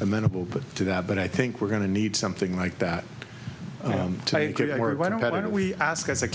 amenable to that but i think we're going to need something like that why don't we ask as a